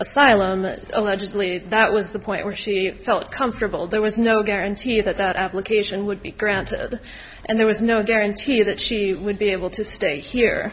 asylum and allegedly that was the point where she felt comfortable there was no guarantee that that application would be granted and there was no guarantee that she would be able to stay here